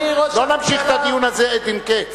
לא נמשיך את הדיון הזה עד אין קץ.